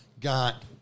got